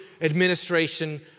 administration